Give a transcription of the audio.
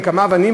עם כמה אבנים,